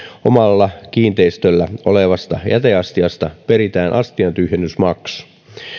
omalla kiinteistöllä olevasta jäteastiasta peritään astiantyhjennysmaksu